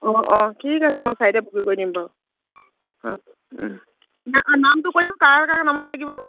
অঁ অঁ ঠিক আছে মই চাৰিটা বুকিং কৰি দিম বাৰু অঁ না নামটো কৈ দিয়কছোন কাৰ কাৰ নামত লাগিব